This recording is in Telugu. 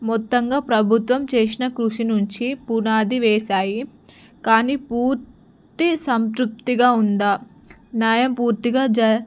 మొత్తంగా ప్రభుత్వం చేసిన కృషి నుంచి పునాది వేసాయి కానీ పూర్తి సంతృప్తిగా ఉందా న్యాయం పూర్తిగా జ